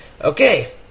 Okay